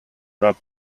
rub